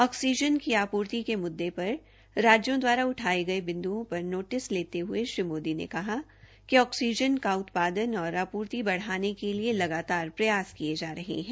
oxygen की आपूर्ति के मूददे पर राज्या द्वारा उठाये गये बिन्दुओं पर नोटिस लेते हये श्री मोदी ने कहा कि ऑक्सीजन का उत्पादन और आपूर्ति बढ़ाने के लिए लगातार प्रयास किये जा रहे है